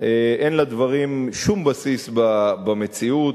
אין לדברים שום בסיס במציאות.